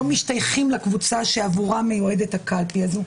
משתייכים לקבוצה שעבורם מיועדת הקלפי הזאת.